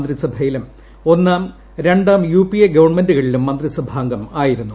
മന്ത്രിസഭയിലും ഒന്നാം രണ്ടാം യുപിഎ ഗവൺമെന്റുകളിലും മന്ത്രിസഭാംഗമായിരുന്നു